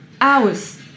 hours